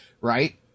right